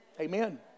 Amen